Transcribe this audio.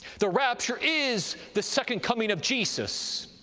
the rapture is the second coming of jesus,